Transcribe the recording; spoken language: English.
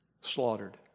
slaughtered